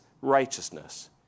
righteousness